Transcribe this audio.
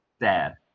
Dad